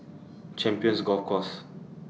Champions Golf Course